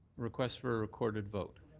requests for a recorded vote.